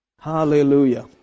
Hallelujah